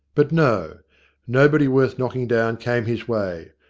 but no nobody worth knocking down came his way.